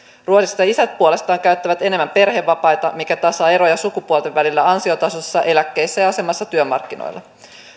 ruotsissa isät puolestaan käyttävät enemmän perhevapaita mikä tasaa eroja sukupuolten välillä ansiotasossa eläkkeissä ja asemassa työmarkkinoilla